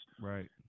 Right